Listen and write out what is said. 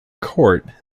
court